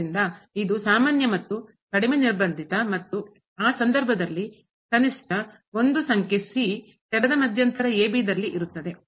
ಆದ್ದರಿಂದ ಇದು ಸಾಮಾನ್ಯ ಮತ್ತು ಕಡಿಮೆ ನಿರ್ಬಂಧಿತ ಮತ್ತು ಆ ಸಂದರ್ಭದಲ್ಲಿ ಕನಿಷ್ಠ ಒಂದು ಸಂಖ್ಯೆ ತೆರೆದ ಮಧ್ಯಂತರ ಇರುತ್ತದೆ